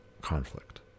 conflict